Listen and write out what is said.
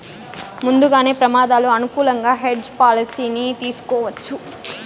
ముందుగానే ప్రమాదాలు అనుకూలంగా హెడ్జ్ పాలసీని తీసుకోవచ్చు